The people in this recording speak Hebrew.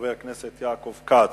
וחבר הכנסת יעקב כץ.